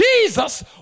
Jesus